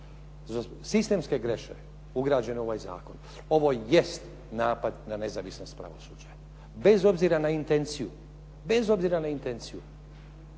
sistemske greške ugrađeno u ovaj zakon, ovo jest napad na nezavisnost pravosuđa bez obzira na intenciju, bez obzira na intenciju.